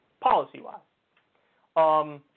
policy-wise